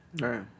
Right